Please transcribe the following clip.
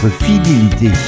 fidélité